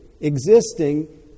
existing